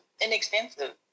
inexpensive